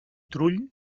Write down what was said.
trull